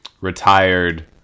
retired